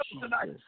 tonight